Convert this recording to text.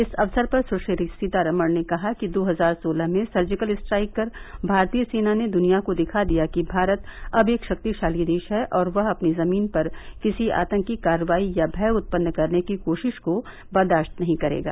इस अवसर पर सुश्री सीतारमण ने कहा कि दो हजार सोलह में सर्जिकल स्ट्राइक कर भारतीय सेना ने दुनिया को दिखा दिया कि भारत अब एक शक्तिशाली देश है और वह अपनी जमीन पर किसी आतंकी कार्रवाई या भय उत्पन्न करने की कोशिश को बर्दाश्त नहीं करेगा